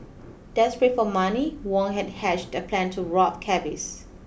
desperate for money Wang had hatched a plan to rob cabbies